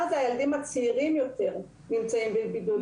אלה הילדים הצעירים יותר שנמצאים בבידוד.